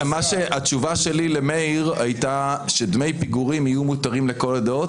התשובה שלי למאיר הייתה שדמי פיגורים יהיו מותרים לכל הדעות,